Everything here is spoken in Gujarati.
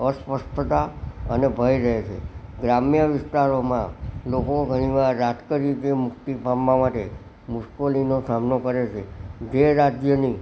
અસ્પષ્ટતા અને ભય રહે છે ગ્રામ્ય વિસ્તારોમાં લોકો ઘણી વાર વાસ્તવ રીતે મુક્તિ પામવા માટે મુશ્કેલીનો સામનો કરે છે જે રાજ્યની